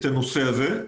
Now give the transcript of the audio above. הנושא הזה.